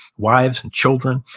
wives and children.